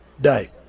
day